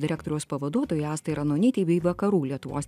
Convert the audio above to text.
direktoriaus pavaduotojai astai ranonytei bei vakarų lietuvos